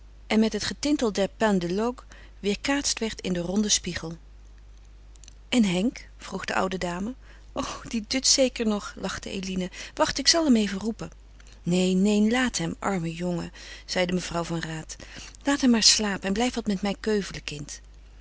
en met het getintel der pendeloques weêrkaatst werd in den ronden spiegel en henk vroeg de oude dame o die dut zeker nog lachte eline wacht ik zal hem even roepen neen neen laat hem arme jongen zeide mevrouw van raat laat hem maar slapen en blijf wat met mij keuvelen kind